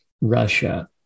Russia